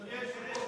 אדוני היושב-ראש,